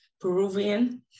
peruvian